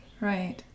right